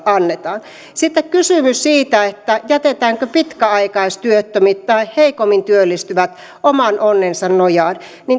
annetaan sitten kysymys siitä jätetäänkö pitkäaikaistyöttömät tai heikommin työllistyvät oman onnensa nojaan